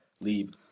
leave